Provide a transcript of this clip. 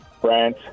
France